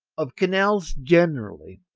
of canals generally,